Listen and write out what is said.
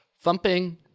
Thumping